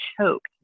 choked